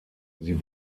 sie